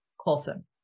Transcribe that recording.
Colson